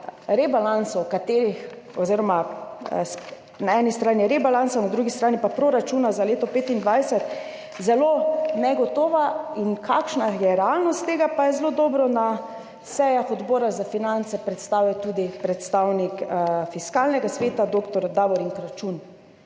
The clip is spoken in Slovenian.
rebalansov, na eni strani rebalansa, na drugi strani pa proračuna za leto 2025, zelo negotova in kakšna je realnost tega, pa je zelo dobro na sejah Odbora za finance predstavil tudi predstavnik Fiskalnega sveta dr. Davorin Kračun.